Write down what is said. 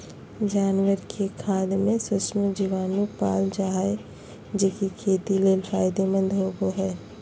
जानवर के खाद में सूक्ष्म जीवाणु पाल जा हइ, जे कि खेत ले फायदेमंद होबो हइ